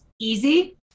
easy